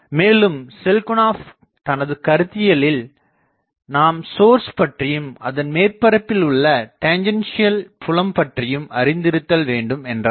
மேலும் செல்க்குனாப் தனது கருத்தியலில் நாம் சோர்ஸ் பற்றியும் அதன் மேற்பரப்பில் உள்ள டெஞ்ச்ஸன்சியல் புலம் பற்றியும் அறிந்து இருத்தல் வேண்டும் என்றார்